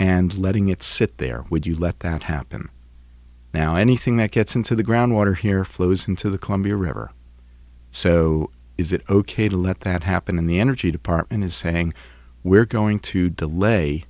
and letting it sit there would you let that happen now anything that gets into the groundwater here flows into the columbia river so is it ok to let that happen in the energy department is saying we're going to delay